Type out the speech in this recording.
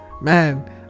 man